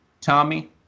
Tommy